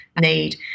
need